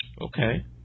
Okay